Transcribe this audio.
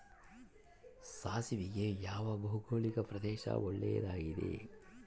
ಸಾಸಿವೆಗೆ ಯಾವ ಭೌಗೋಳಿಕ ಪ್ರದೇಶ ಒಳ್ಳೆಯದಾಗಿದೆ?